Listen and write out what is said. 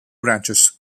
branches